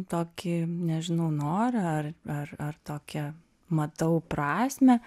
tokį nežinau norą ar ar ar tokią matau prasmę